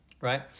Right